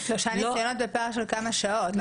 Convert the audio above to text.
לא --- שלושה ניסיונות בפער של כמה שעות,